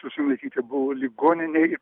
su simonaityte buvo ligoninėj